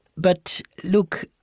but look,